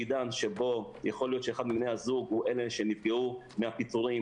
בעידן שבו יכול להיות שאחד מבני הזוג שנפגעו מהפיטורים,